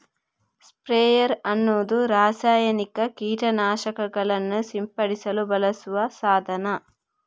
sprayer ಅನ್ನುದು ರಾಸಾಯನಿಕ ಕೀಟ ನಾಶಕಗಳನ್ನ ಸಿಂಪಡಿಸಲು ಬಳಸುವ ಸಾಧನ